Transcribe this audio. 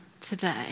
today